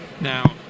Now